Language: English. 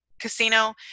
casino